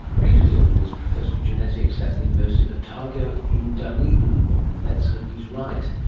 peter dearden is professor of genetics at the university of otago in dunedin, and let's hope he's right.